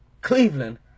Cleveland